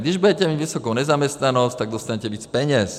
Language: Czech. Když budete mít vysokou nezaměstnanost, tak dostanete víc peněz.